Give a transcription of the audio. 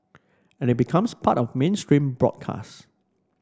and becomes part of mainstream broadcast